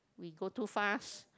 we go too fast